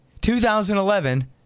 2011